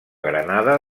granada